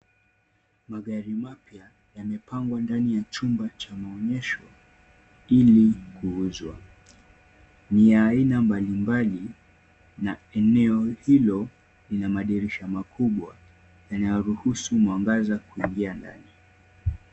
Magari mapya yamepangwa ndani ya chumba cha maonyesho ili kuuzwa. Ni ya aina mbalimbali na eneo hilo lina madirisha makubwa yanayoruhusu mwangaza kuingia ndani.